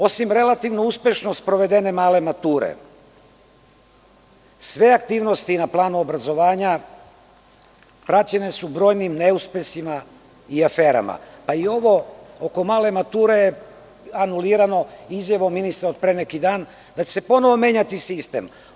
Osim relativno uspešno sprovedene male mature, sve aktivnosti na planu obrazovanja praćene su brojnim neuspesima i aferama, pa i ovo oko male mature je anulirano izjavom ministra pre neki dan da će se ponovo menjati sistem.